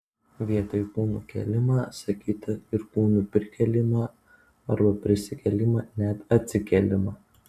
vietoj kūnų kėlimą sakyta ir kūno prikėlimą arba prisikėlimą net atsikėlimą